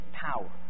power